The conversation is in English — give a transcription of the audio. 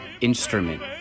instrument